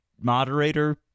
moderator